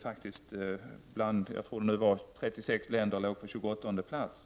36, tror jag, länderna på denna lista låg Sverige på 28:e plats.